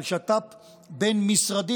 של שת"פ בין-משרדי.